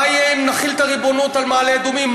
מה יהיה אם נחיל את הריבונות על מעלה אדומים?